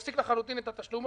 הפסיק לחלוטין את התשלום,